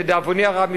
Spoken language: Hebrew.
לדאבוני הרב,